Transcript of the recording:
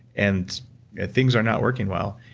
and things are not working well.